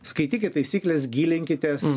skaitykit taisykles gilinkitės